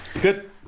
Good